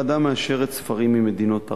הוועדה מאשרת ספרים ממדינות ערב,